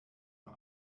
nur